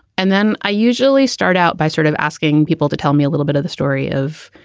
and then i usually start out by sort of asking people to tell me a little bit of the story of,